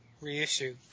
reissue